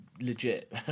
legit